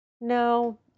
No